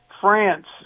France